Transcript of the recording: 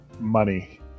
money